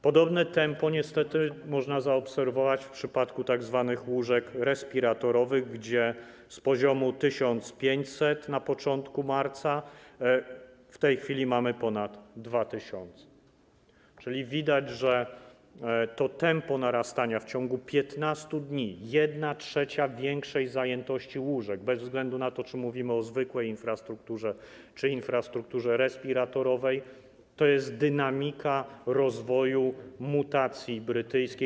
Podobne tempo niestety można zaobserwować w przypadku tzw. łóżek respiratorowych, gdzie z poziomu 1500 na początku marca w tej chwili mamy ponad 2 tys., czyli widać, że to tempo narastania w ciągu 15 dni, mówimy o większej o 1/3 zajętości łóżek, bez względu na to, czy mówimy o zwykłej infrastrukturze, czy infrastrukturze respiratorowej, to jest dynamika rozwoju pandemii mutacji brytyjskiej.